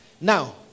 Now